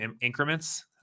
Increments